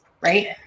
right